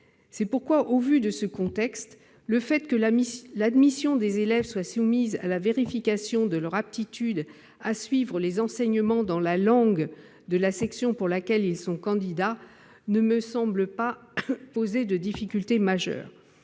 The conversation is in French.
C'est pourquoi, au vu de ce contexte, le fait que l'admission des élèves soit soumise à la vérification de leur aptitude à suivre les enseignements dans la langue de la section pour laquelle ils sont candidats ne me semble pas poser de difficultés majeures,